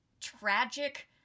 tragic